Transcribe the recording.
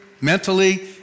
mentally